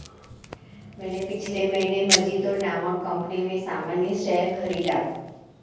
मैंने पिछले महीने मजीतो नामक कंपनी में सामान्य शेयर खरीदा